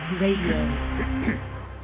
Radio